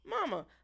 mama